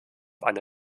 eine